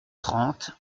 trente